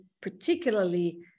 particularly